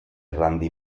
randy